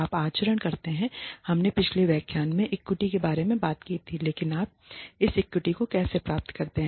आप आचरण करते हैं हमने पिछले व्याख्यान में इक्विटी के बारे में बात की थी लेकिन आप इस इक्विटी को कैसे प्राप्त करते हैं